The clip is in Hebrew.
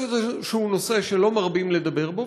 יש איזה נושא שלא מרבים לדבר בו,